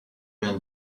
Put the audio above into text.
been